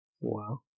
Wow